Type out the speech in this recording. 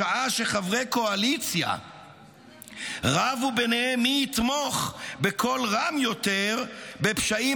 בשעה שחברי קואליציה רבו ביניהם מי יתמוך בקול רם יותר בפשעים